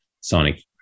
Sonic